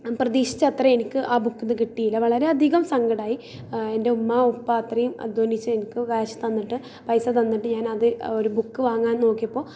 പ്രതീക്ഷിച്ച അത്രയും എനിക്ക് ആ ബുക്കിൽ നിന്ന് കിട്ടിയില്ല വളരെ അധികം സങ്കടമായി എൻ്റെ ഉമ്മ ഉപ്പ അത്രയും അധ്വാനിച്ച് എനിക്ക് ക്യാഷ് തന്നിട്ട് പൈസ തന്നിട്ട് ഞാൻ അത് ഒരു ബുക്ക് വാങ്ങാൻ നോക്കിയപ്പോൾ